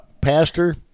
Pastor